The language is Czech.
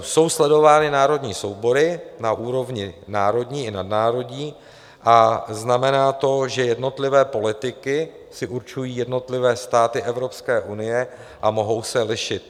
Jsou sledovány národní soubory na úrovni národní i nadnárodní a znamená to, že jednotlivé politiky si určují jednotlivé státy Evropské unie a mohou se lišit.